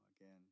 again